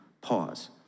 Pause